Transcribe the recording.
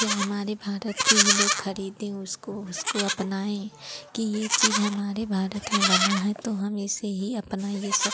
या हमारे भारत के ही लोग ख़रीदें उसको उसको अपनाएँ कि यह चीज़ हमारे भारत में बना है तो हम इसे ही अपना यह सब